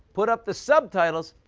put up the subtitles,